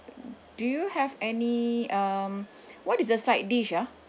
do you have any um what is the side dish ah